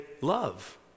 love